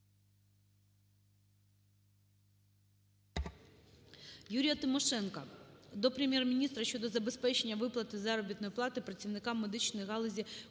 ЮріяТимошенка до Прем'єр-міністра щодо забезпечення виплати заробітної плати працівникам медичної галузі Коломийщини.